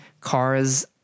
cars